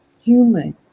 human